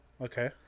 Okay